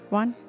one